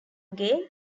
again